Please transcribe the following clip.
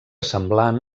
semblant